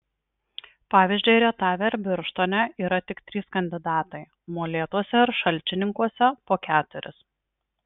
pavyzdžiui rietave ir birštone yra tik trys kandidatai molėtuose ir šalčininkuose po keturis